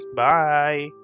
bye